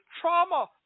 trauma